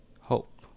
hope